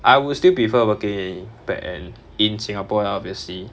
I will still prefer working in back end in singapore lah obviously